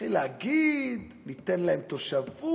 התחיל להגיד: ניתן להם תושבות,